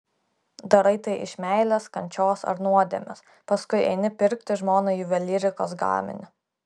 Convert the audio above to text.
darai tai iš meilės kančios ar nuodėmės paskui eini pirkti žmonai juvelyrikos gaminio